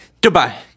Goodbye